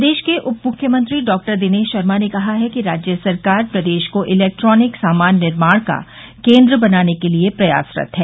प्रदेश के उप मुख्यमंत्री डॉक्टर दिनेश शर्मा ने कहा है कि राज्य सरकार प्रदेश को इलेक्ट्रॉनिक सामान निर्माण का केन्द्र बनाने के लिए प्रयासरत है